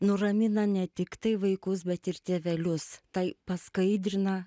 nuramina ne tiktai vaikus bet ir tėvelius tai paskaidrina